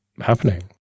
happening